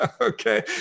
Okay